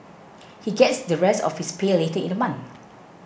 he gets the rest of his pay later in the month